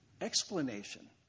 explanation